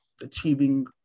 achieving